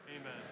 Amen